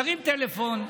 תרים טלפון,